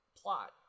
plot